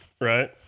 right